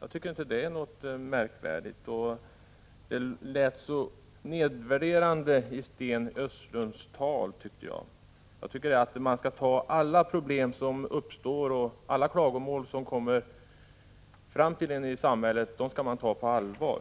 Jag tycker inte att det är märkvärdigt; Sten Östlunds uttalande verkade så nedvärderande. Men jag tycker att man skall ta alla klagomål som framförs till en på allvar.